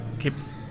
keeps